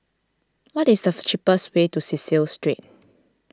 what is the cheapest way to Cecil Street